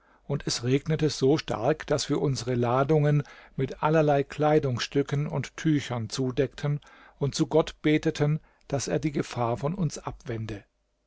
und es regnete so stark daß wir unsere ladungen mit allerlei kleidungsstücken und tüchern zudeckten und zu gott beteten daß er die gefahr von uns abwende